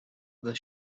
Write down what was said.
the